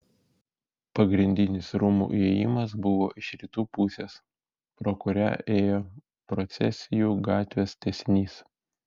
pagrindinis rūmų įėjimas buvo iš rytų pusės pro kurią ėjo procesijų gatvės tęsinys